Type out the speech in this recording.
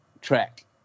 track